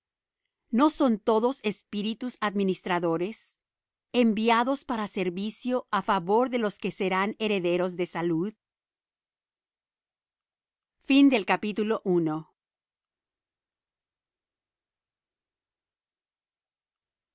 no son todos espíritus administradores enviados para servicio á favor de los que serán herederos de salud por